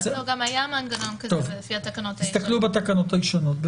תסתכלו בתקנות הישנות.